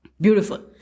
beautiful